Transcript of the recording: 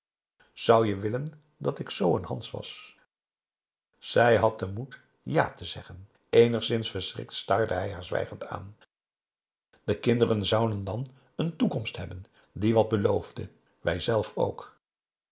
zou je willen dat ik zoo n hans was zij had den moed ja te zeggen eenigszins verschrikt staarde hij haar zwijgend aan de kinderen zouden dan een toekomst hebben die wat beloofde wij zelf ook